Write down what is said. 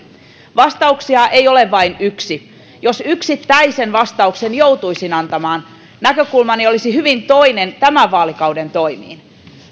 vastauksia ei ole vain yksi jos yksittäisen vastauksen joutuisin antamaan näkökulmani olisi hyvin toinen tämän vaalikauden toimiin